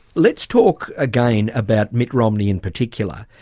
let's talk again about mitt romney in particular.